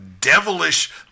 devilish